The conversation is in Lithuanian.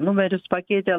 numerius pakeitė